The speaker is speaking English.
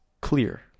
clear